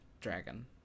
dragon